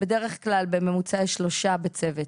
בדרך כלל בממוצע יש שלושה בצוות.